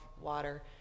water